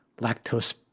lactose